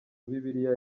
bibiliya